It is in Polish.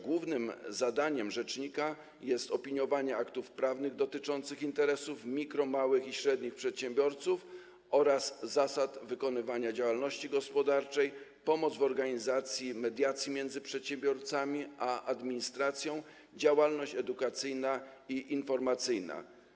Głównymi zadaniami rzecznika są: opiniowanie aktów prawnych dotyczących interesów mikro-, małych i średnich przedsiębiorców oraz zasad wykonywania działalności gospodarczej, pomoc w organizacji mediacji między przedsiębiorcami a administracją, działalność edukacyjna i informacyjna.